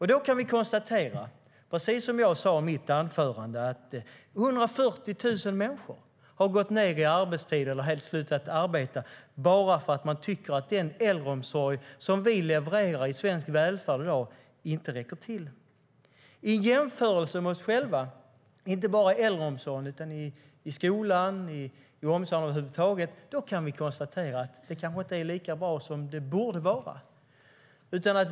Vi kan då konstatera, precis som jag sa i mitt anförande, att 140 000 människor gått ned i arbetstid eller helt slutat arbeta eftersom de tycker att den äldreomsorg som svensk välfärd i dag levererar inte räcker till. I jämförelse med oss själva - det gäller inte bara äldreomsorgen utan också skolan samt omsorgen över huvud taget - kan vi konstatera att det kanske inte är så bra som det borde vara.